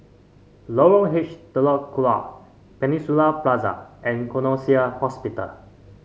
Lorong H Telok Kurau Peninsula Plaza and Connexion Hospital